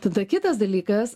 tada kitas dalykas